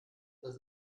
das